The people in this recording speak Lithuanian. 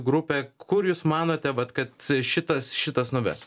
grupę kur jūs manote vat kad šitas šitas nuves